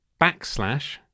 backslash